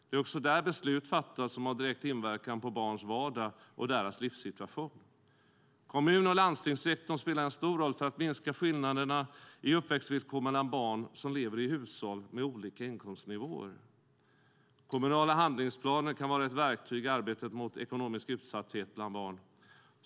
Det är också där beslut fattas som har direkt inverkan på barns vardag och deras livssituation. Kommun och landstingssektorn spelar en stor roll för att minska skillnaderna i uppväxtvillkor mellan barn som lever i hushåll med olika inkomstnivåer. Kommunala handlingsplaner kan vara ett verktyg i arbetet mot ekonomisk utsatthet bland barn.